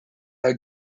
are